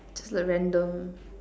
just like random